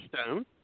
Stone